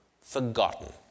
forgotten